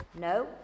No